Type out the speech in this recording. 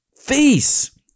face